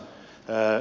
tää